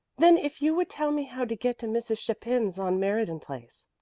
then if you would tell me how to get to mrs. chapin's on meriden place.